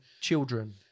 children